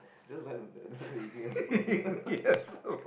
just run a band ignious rock